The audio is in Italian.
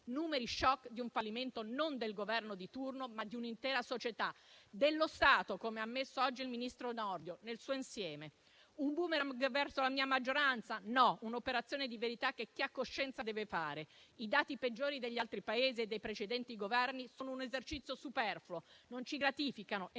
numeri *shock* del fallimento non del Governo di turno, ma di un'intera società, dello Stato, come ha ammesso oggi il ministro Nordio, nel suo insieme. Un *boomerang* verso la mia maggioranza? No, un'operazione di verità che chi ha coscienza deve fare. I dati peggiori degli altri Paesi e dei precedenti Governi sono un esercizio superfluo: non ci gratificano e non scusano